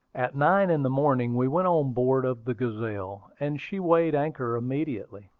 at nine in the morning we went on board of the gazelle, and she weighed anchor immediately.